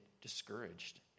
discouraged